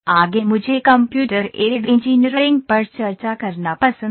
आगे मुझे computer aided engineering पर चर्चा करना पसंद है